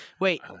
Wait